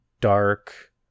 dark